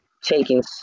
taking